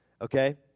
Okay